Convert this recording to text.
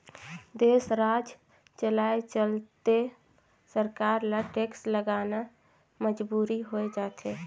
देस, राज चलाए चलते सरकार ल टेक्स लगाना मजबुरी होय जाथे